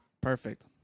Perfect